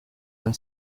han